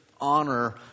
honor